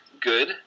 good